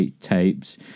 tapes